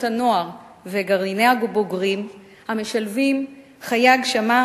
הנוער וגרעיני הבוגרים המשלבים חיי הגשמה,